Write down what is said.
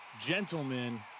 gentlemen